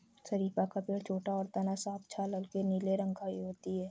शरीफ़ा का पेड़ छोटा और तना साफ छाल हल्के नीले रंग की होती है